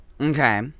Okay